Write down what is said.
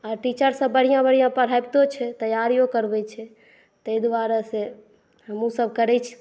आ टीचर सब बढ़िऑं बढ़िऑं पढ़ैबितो छै तैयारियो करबै छै तै दुआरे से हमहुसब करै छी